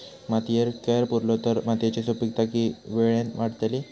मातयेत कैर पुरलो तर मातयेची सुपीकता की वेळेन वाडतली?